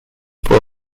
for